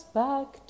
back